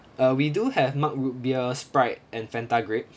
uh we do have Mug root beer Sprite and Fanta grape